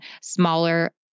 smaller